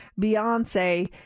Beyonce